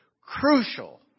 crucial